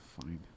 Fine